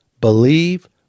believe